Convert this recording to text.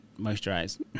moisturize